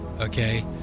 okay